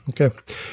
okay